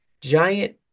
giant